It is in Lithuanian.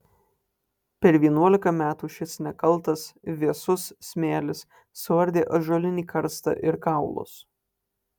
per vienuolika metų šis nekaltas vėsus smėlis suardė ąžuolinį karstą ir kaulus